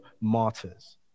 martyrs